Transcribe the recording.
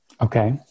Okay